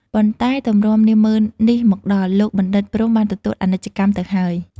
ប៉ុន្តែទម្រាំនាហ្មឺននេះមកដល់ លោកបណ្ឌិត ព្រហ្មបានទទួលអនិច្ចកម្មទៅហើយ ។